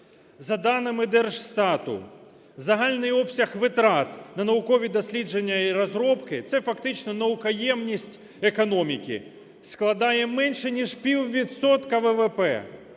За даними Держстату загальний обсяг витрат на наукові дослідження і розробки, це фактично наукоємність економіки, складає менше ніж піввідсотка ВВП.